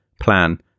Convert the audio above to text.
plan